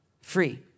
free